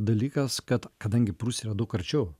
dalykas kad kadangi prūsija yra daug arčiau